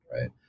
right